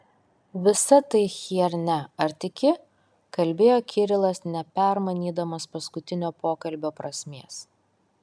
visa tai chiernia ar tiki kalbėjo kirilas nepermanydamas paskutinio pokalbio prasmės